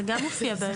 זה גם מופיע בהמשך.